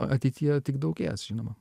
ateityje tik daugės žinoma